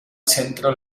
centro